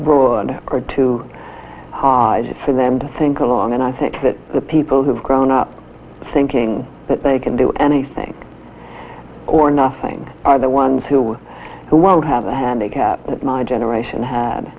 broad or too hard for them to think along and i think that the people who've grown up thinking that they can do anything or nothing are the ones who won't have a handicap my generation had